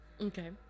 Okay